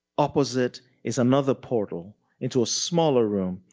opposite is another portal into a smaller room,